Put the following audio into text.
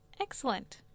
excellent